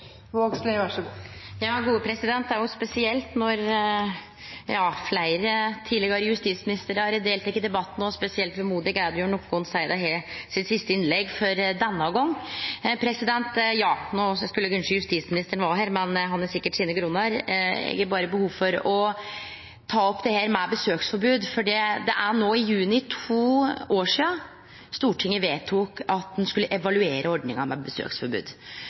justisministeren var her, men han har sikkert sine grunnar. Eg har berre behov for å ta opp dette med besøksforbod. Det er no i juni to år sidan Stortinget vedtok at ein skulle evaluere ordninga med besøksforbod.